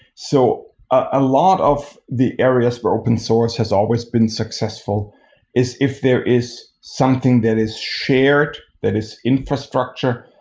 so a lot of the areas where open source has always been successful is if there is something that is shared, that is infrastructure,